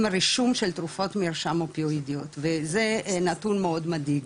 עם הרישום של תרופות מרשם אפיואידיות וזה נתון מאוד מדאיג,